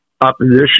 opposition